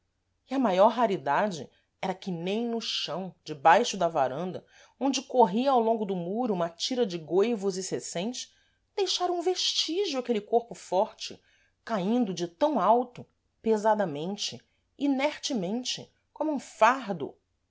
e a maior raridade era que nem no chão debaixo da varanda onde corria ao longo do muro uma tira de goivos e cecêns deixara um vestígio aquele corpo forte caíndo de tam alto pesadamente inertemente como um fardo